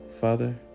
Father